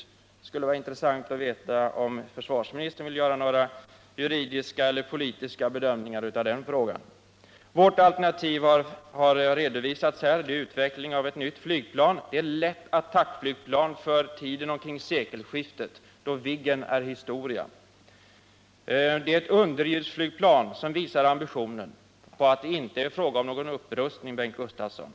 Det skulle vara intressant om försvarsministern ville göra några juridiska eller politiska bedömningar av den frågan. Vårt alternativ har redovisats här: utveckling av ett nytt flygplan. Det är ett lätt attackflygplan för tiden omkring sekelskiftet, då Viggen är historia. Det är ett underljudsflygplan, vilket visar att det inte är fråga om någon upprustning, Bengt Gustavsson.